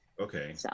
okay